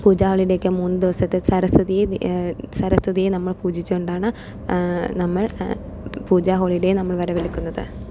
പൂജാ ഹോളിഡേയ്ക്ക് മൂന്ന് ദിവസത്തെ സരസ്വതിയെ സരസ്വതിയെ നമ്മൾ പൂജിച്ചു കൊണ്ടാണ് നമ്മൾ പൂജാ ഹോളിഡേ നമ്മൾ വരവേൽക്കുന്നത്